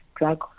drug